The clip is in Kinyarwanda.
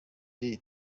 the